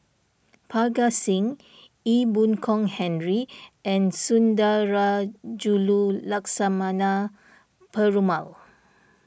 Parga Singh Ee Boon Kong Henry and Sundarajulu Lakshmana Perumal